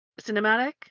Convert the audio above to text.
cinematic